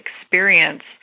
experience